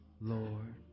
Lord